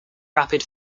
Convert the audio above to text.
rapid